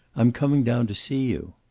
i'm coming down to see you.